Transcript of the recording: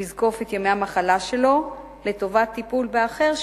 לזקוף את ימי המחלה שלו לטובת טיפול באחר,